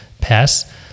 pass